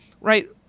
right